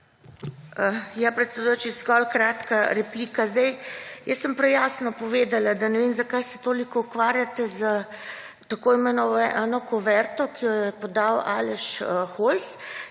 Predsedujoči, zgolj kratka replika. Prej sem jasno povedala, da ne vem, zakaj se toliko ukvarjate s tako imenovano kuverto, ki jo je podal Aleš Hojs,